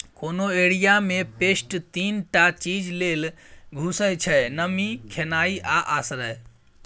कोनो एरिया मे पेस्ट तीन टा चीज लेल घुसय छै नमी, खेनाइ आ आश्रय